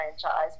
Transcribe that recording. franchise